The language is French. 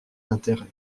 intérêt